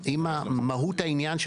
אם מהות העניין של